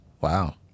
Wow